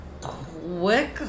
Quick